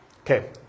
Okay